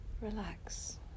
Relax